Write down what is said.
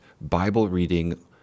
Bible-reading